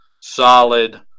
solid